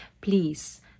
please